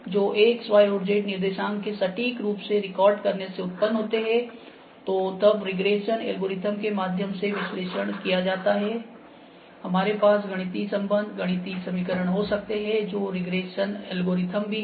जो X Y और Z निर्देशांक के सटीक रूप से रिकॉर्ड करने से उत्पन्न होते हैं जो तब रिग्रेशन एल्गोरिदम के माध्यम से विश्लेषण किया जा सकता है हमारे पास गणितीय संबंध गणितीय समीकरण हो सकते हैं जो रिग्रेशन एल्गोरिदम भी हैं